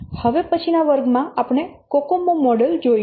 હવે પછીના વર્ગમાં આપણે કોકોમો મોડેલ જોઈશું